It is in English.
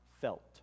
felt